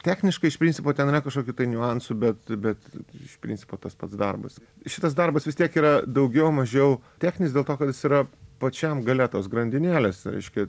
techniškai iš principo ten yra kažkokių niuansų bet bet iš principo tas pats darbas šitas darbas vis tiek yra daugiau mažiau techninis dėl to kad jis yra pačiam gale tos grandinėlės reiškia